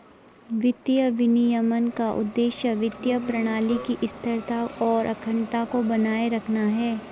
वित्तीय विनियमन का उद्देश्य वित्तीय प्रणाली की स्थिरता और अखंडता को बनाए रखना है